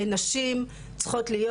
נשים צריכות להיות,